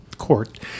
court